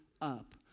up